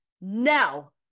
No